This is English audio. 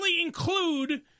include